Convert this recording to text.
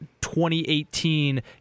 2018